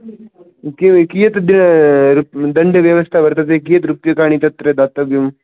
कि कियत् रुप् दण्डव्यवस्था वर्तते कियत् रुप्यकाणि तत्र दातव्यम्